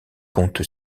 compte